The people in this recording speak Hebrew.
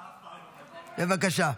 בבקשה.